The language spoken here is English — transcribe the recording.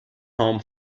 home